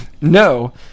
no